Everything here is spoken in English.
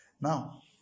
Now